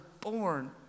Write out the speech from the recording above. born